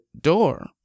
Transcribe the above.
door